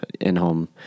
in-home